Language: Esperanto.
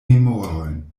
memorojn